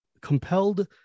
compelled